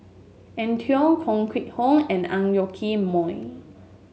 Eng Tow Koh Nguang How and Ang Yoke Mooi